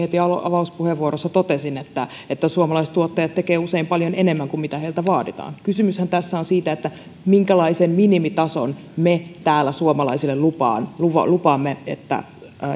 heti avauspuheenvuorossani totesin että että suomalaiset tuottajat tekevät usein paljon enemmän kuin mitä heiltä vaaditaan kysymyshän tässä on siitä minkälaisen minimitason me täällä suomalaisille lupaamme lupaamme niin että